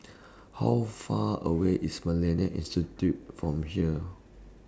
How Far away IS Millennia Institute from here